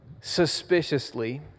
suspiciously